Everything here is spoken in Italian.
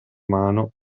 mano